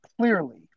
clearly